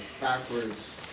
backwards